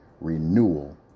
Renewal